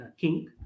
king